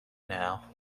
now